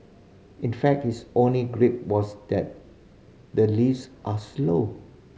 in fact his only gripe was that the lifts are slow